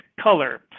color